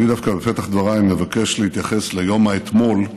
אני דווקא בפתח דבריי מבקש להתייחס ליום האתמול,